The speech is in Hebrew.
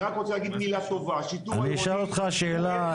אני רק רוצה להגיד מילה טובה --- אשאל אותך שאלה,